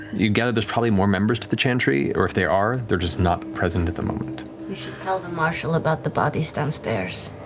you gather there's probably more members to the chantry, or if they are, they're just not present at the moment. laura we should tell the marshal about the bodies downstairs.